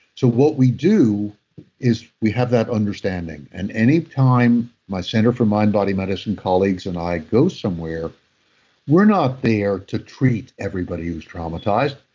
so, what we do is we have that understanding and any time my center for mind-body medicine colleagues and i go somewhere we're not there to treat everybody who's traumatized.